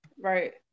right